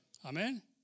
amen